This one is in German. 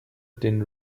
den